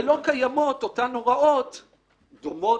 ולא קיימות אותן הוראות דומות,